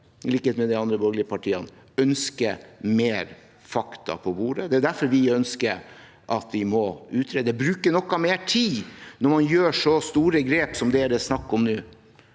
likhet med de andre borgerlige partiene ønsker mer fakta på bordet. Det er derfor vi ønsker at man utreder og bruker noe mer tid når man gjør så store grep som det er snakk om nå.